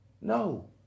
No